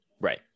right